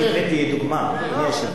אני הבאתי דוגמה, אדוני היושב-ראש.